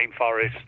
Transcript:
rainforest